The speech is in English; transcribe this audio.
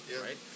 Right